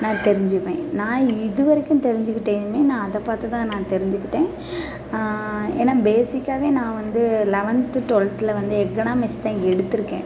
நான் தெரிஞ்சிப்பேன் நான் இதுவரைக்கும் தெரிஞ்சிக்கிட்டதுமே நான் அதை பார்த்து தான் நான் தெரிஞ்சிக்கிட்டேன் ஏன்னா பேஸிக்காகவே நான் வந்து லெவன்த்து ட்வெல்த்தில் வந்து எக்கனாமிக்ஸ் தான் எடுத்திருக்கேன்